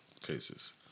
cases